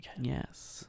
Yes